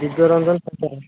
Divya Ranjan Paikaray